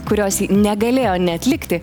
kurios ji negalėjo neatlikti